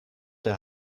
der